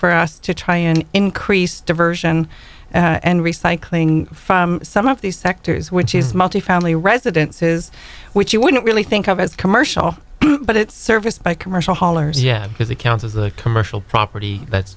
for us to try and increase diversion and recycling from some of these sectors which is multi family residences which you wouldn't really think of as commercial but it's serviced by commercial haulers yeah because it counts as a commercial property that's